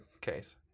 case